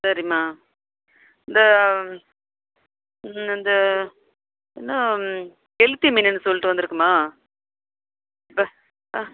சரிம்மா இந்த அந்த என்ன கெளுத்தி மீனுனு சொல்லிட்டு வந்திருக்கும்மா